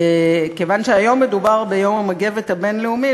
כיוון שהיום מדובר ביום המגבת הבין-לאומי,